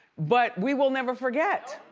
but we will never forget.